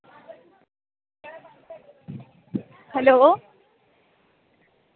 hello